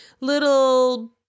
little